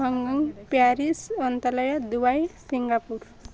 Hong Kong Paris ଅନ୍ତଲୟ Dubai Singapore